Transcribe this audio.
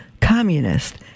communist